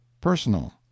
Personal